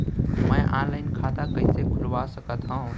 मैं ऑनलाइन खाता कइसे खुलवा सकत हव?